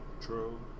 True